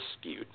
skewed